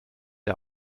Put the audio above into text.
der